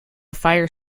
fire